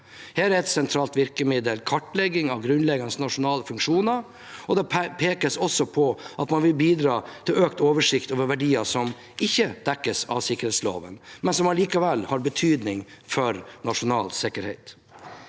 nødvendig tralt virkemiddel her er å kartlegge grunnleggende nasjonale funksjoner. Det pekes også på at man vil bidra til økt oversikt over verdier som ikke dekkes av sikkerhetsloven, men som allikevel har betydning for nasjonal sikkerhet.